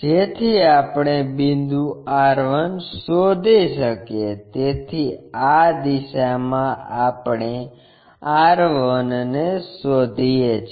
જેથી આપણે બિંદુ r 1 શોધી શકીએ તેથી આ દિશામાં આપણે r 1 ને શોધીએ છીએ